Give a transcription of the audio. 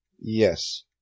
Yes